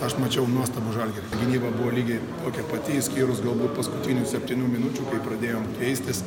aš mačiau nuostabų žalgirį gynyba buvo lygiai tokia pati išskyrus galbūt paskutinių septynių minučių kai pradėjom keistis